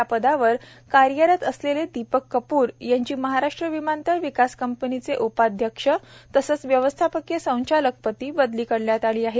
या पदावर कार्यरत असलेले दीपक कपूर यांची महाराष्ट्र विमानतळ विकास कंपनीचे उपाध्यक्ष तसंच व्यवस्थापकीय संचालकपदी बदली करण्यात आली आहे